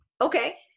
Okay